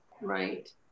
right